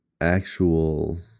actual